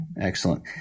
Excellent